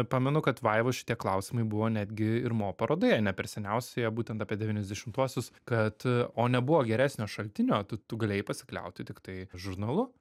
pamenu kad vaivos šitie klausimai buvo netgi ir mo parodoje ne per seniausioje būtent apie devyniasdešimtuosius kad o nebuvo geresnio šaltinio tu tu galėjai pasikliauti tiktai žurnalu